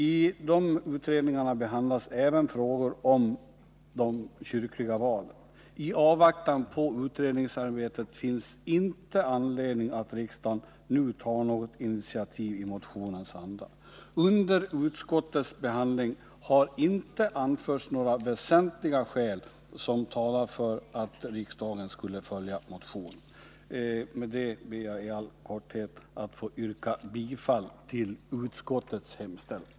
I dessa utredningar behandlas även frågor om de kyrkliga valen. I avvaktan på det utredningsarbetet har riksdagen inte anledning att nu ta något initiativ i motionens anda. Det har under utskottsbehandlingen inte anförts några väsentliga skäl för att riksdagen skulle följa motionens förslag. Med detta ber jag i all korthet att få yrka bifall till utskottets hemställan.